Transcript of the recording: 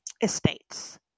estates